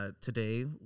Today